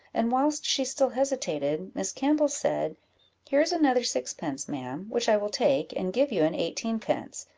and whilst she still hesitated, miss campbell said here is another sixpence, ma'am, which i will take, and give you an eighteen-pence,